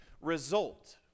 result